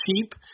cheap